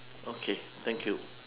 okay thank you